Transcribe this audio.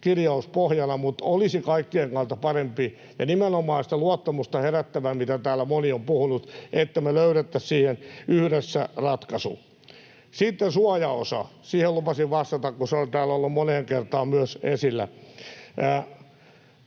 kirjaus pohjana, mutta olisi kaikkien kannalta parempi ja nimenomaan sitä luottamusta herättävää, mistä täällä moni on puhunut, että me löytäisimme siihen yhdessä ratkaisun. Sitten suojaosa, siihen lupasin vastata, kun se on täällä ollut moneen kertaan myös esillä.